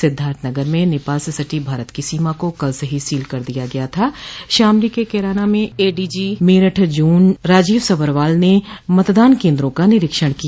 सिद्वार्थनगर में नेपाल से सटी भारत की सीमा को कल से ही सील कर दिया गया था शामली के कैराना में एडीजी मेरठ जोन राजीव सब्बरवाल ने मतदान केन्द्रों का निरीक्षण किया